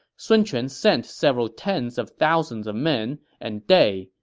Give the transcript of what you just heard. sun quan sent several tens of thousands of men and they,